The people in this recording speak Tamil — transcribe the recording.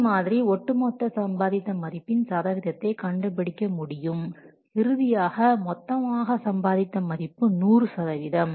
இந்த மாதிரி ஒட்டுமொத்த சம்பாதித்த மதிப்பின் சதவீதத்தை கண்டுபிடிக்க முடியும் இறுதியாக மொத்தமாக சம்பாதித்த மதிப்பு 100 சதவீதம்